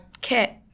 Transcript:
kit